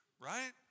Right